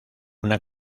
una